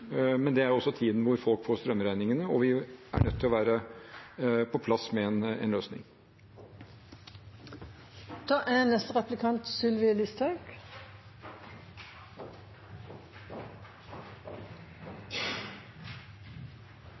Men det er jo også tiden da folk får strømregningene, og vi er nødt til å være på plass med en løsning da.